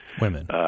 women